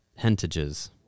Hentages